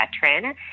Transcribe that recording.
veteran